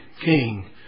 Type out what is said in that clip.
king